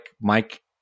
Mike